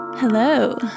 Hello